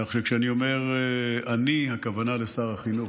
כך שכשאני אומר אני, הכוונה לשר החינוך.